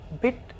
bit